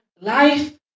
life